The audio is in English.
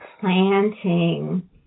planting